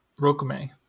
Rokume